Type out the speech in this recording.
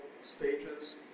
stages